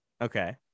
okay